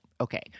okay